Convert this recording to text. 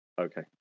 Okay